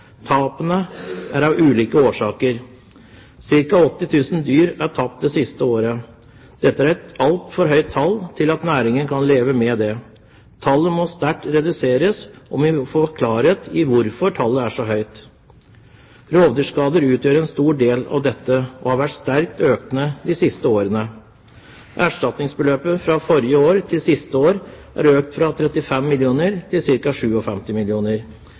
Tapene skjer av ulike årsaker. Ca. 80 000 dyr er tapt det siste året. Dette er et altfor høyt tall til at næringen kan leve med det. Tallet må reduseres sterkt, og vi må få klarhet i hvorfor tallet er så høyt. Rovdyrskader utgjør en stor del av dette og det har vært sterkt økende de siste årene. Erstatningsbeløpet fra forrige år til siste år er økt fra 35 mill. kr til